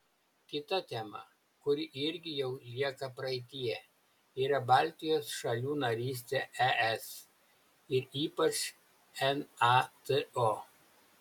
kita tema kuri irgi jau lieka praeityje yra baltijos šalių narystė es ir ypač nato